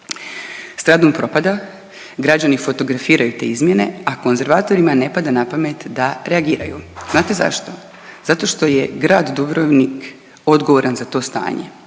Stradun propada, građani fotografiraju te izmjene, a konzervatorima ne pada na pamet da reagiraju. Znate zašto? Zato što je Grad Dubrovnik odgovoran za to stanje